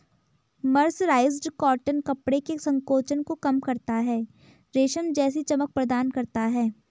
mercerised cotton कपड़े के संकोचन को कम करता है, रेशम जैसी चमक प्रदान करता है